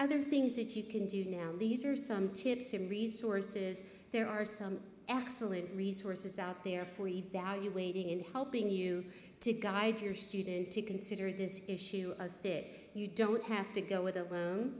other things that you can do now these are some tips and resources there are some excellent resources out there for evaluating in helping you to guide your student to consider this issue a bit you don't have to go it alone